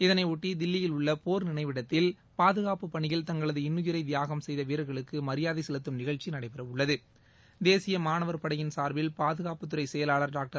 இதனையொட்டி தில்லியில் உள்ள போர் நினைவிடத்தில் பாதுகாப்பு பணியில் தங்களது இன்னுயிரை தியாகம் செய்த வீரர்களுக்கு மரியாதை செலுத்தும் நிகழ்ச்சி நடைபெற உள்ளது தேசிய மாணவர் படையின் சார்பில் பாதுகாப்புத்துறை செயலாளர் டாக்டர்